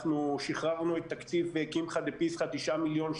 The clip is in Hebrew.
שחררנו את תקציב קמחא דפסחא - 9 מיליון כרגע,